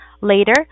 Later